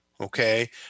okay